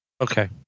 Okay